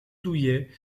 douillet